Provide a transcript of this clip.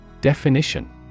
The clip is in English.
Definition